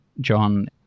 john